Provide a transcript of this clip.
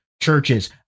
churches